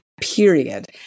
period